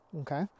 okay